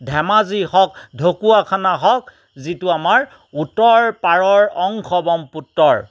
ধেমাজি হওক ঢকুৱাখানা হওক যিটো আমাৰ উত্তৰ পাৰৰ অংশ ব্ৰহ্মপুত্ৰৰ